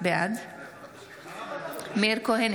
בעד מאיר כהן,